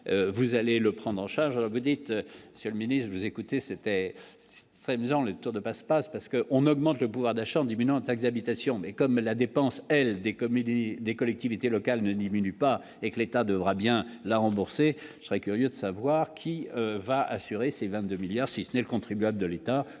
le prendre en charge la vedette, monsieur le Ministre, vous écoutez c'était s'amusant les tours de passe-passe parce que on augmente le pouvoir d'achat d'imminentes à Xabi tation mais comme la dépendance elle des comédies, des collectivités locales ne diminue pas et que l'État devra bien la rembourser, je serais curieux de savoir qui va assurer ses 22 milliards si ce n'est le contribuable de l'État